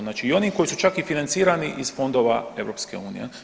Znači i oni koji su čak financirani iz fondova EU.